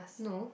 no